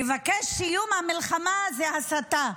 לבקש את סיום המלחמה זו הסתה.